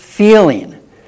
feeling